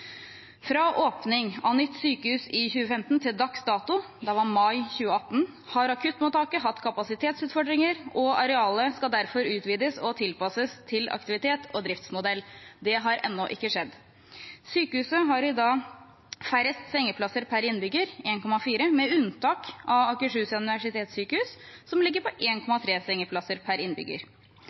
fra åpning av nytt sykehus i 2015 til dags dato, mai 2018, har akuttmottaket hatt kapasitetsutfordringer, og arealet skal derfor utvides og tilpasses til aktivitet og driftsmodell. Det har ennå ikke skjedd. Sykehuset har i dag færrest sengeplasser per innbygger, 1,4, med unntak av Akershus universitetssykehus som ligger på 1,3 sengeplasser per innbygger.